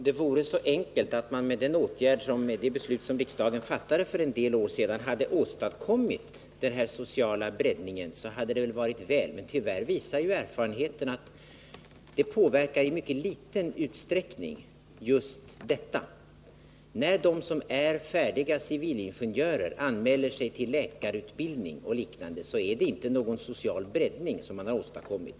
Herr talman! Om det vore så enkelt att man med det beslut som riksdagen fattade för en del år sedan hade åstadkommit den här sociala breddningen, hade det varit väl. Men tyvärr visar erfarenheterna att beslutet i mycket liten utsträckning påverkar just detta. När de som är färdiga civilingenjörer anmäler sig till läkarutbildning, så är det inte någon social breddning som man åstadkommit.